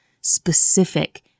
specific